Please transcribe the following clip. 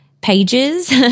pages